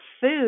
food